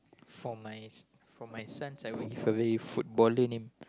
for my s for my sons I would give a very footballer name